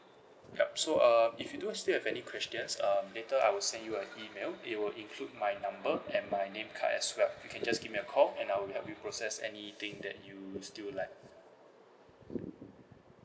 yup so uh if you do have still have any questions um later I will send you a email it will include my number and my name card as well you can just give me a call and I'll help you process anything that you still left